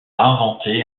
inventé